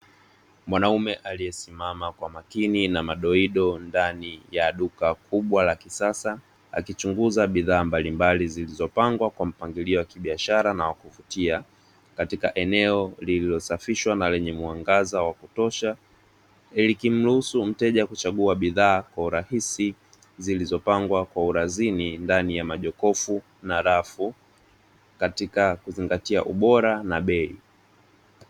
Mwanaume aliyesimama kwa makini na madoido ndani ya duka kubwa la kisasa, akichunguza bidhaa mbalimbali zilizopangwa kwa mpangilio wa kibiashara na wa kuvutia katika eneo lililosafishwa na lenye muangaza wa kutosha, likimruhusu mteja kuchagua bidhaa kwa urahisi zilizopangwa kwa urazini ndani ya majokofu ya mabarafu katika kuzingatia ubora na bei.